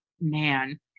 man